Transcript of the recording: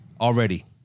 Already